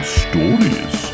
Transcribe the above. stories